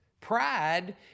Pride